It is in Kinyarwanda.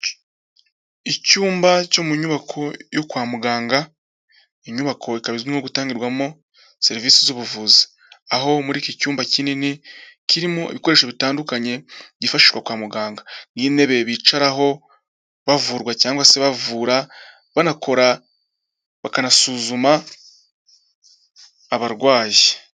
Icyumba cyo mu nyubako yo kwa muganga, inyubako ikaba izwi nko gutangirwamo serivisi z'ubuvuzi, aho muri iki cyumba kinini kirimo ibikoresho bitandukanye byifashishwa kwa muganga n'intebe bicaraho bavurwa cyangwa se bavura banakora, bakanasuzuma abarwayi.